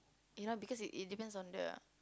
you know because it it depends on the